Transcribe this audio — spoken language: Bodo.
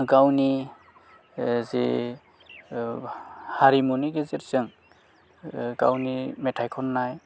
गावनि जे हारिमुनि गेजेरजों गावनि मेथाइ खननाय